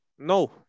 No